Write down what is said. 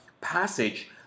passage